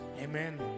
Amen